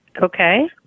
Okay